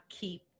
keep